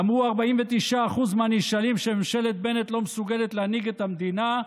אמרו 49% מהנשאלים שממשלת בנט לא מסוגלת להנהיג את המדינה.